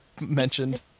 mentioned